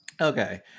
okay